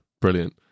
Brilliant